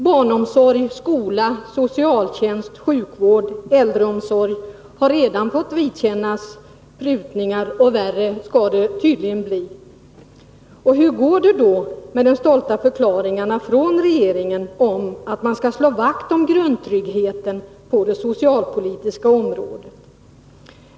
Barnomsorg, skola, socialtjänst, sjukvård och äldreomsorg har redan fått vidkännas prutningar, och värre skall det tydligen bli. Hur går det då med de stolta förklaringarna från regeringen att man skall slå vakt om grundtryggheten på det socialpolitiska området?